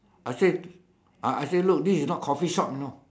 I said I say look this is not coffee shop you know